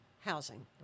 housing